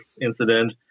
incident